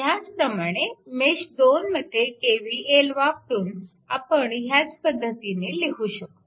ह्याचप्रमाणे मेश 2 मध्ये KVL वापरून आपण ह्याच पद्धतीने लिहू शकतो